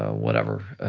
ah whatever.